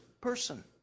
person